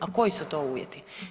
A koji su to uvjeti?